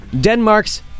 Denmark's